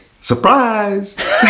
surprise